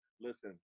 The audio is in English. listen